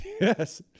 yes